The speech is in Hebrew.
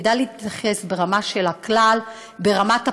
כדאי להתייחס אליו ברמת הכלל, ברמת הפרט,